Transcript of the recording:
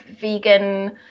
vegan